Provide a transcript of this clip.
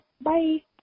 Bye